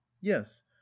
yes